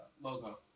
logo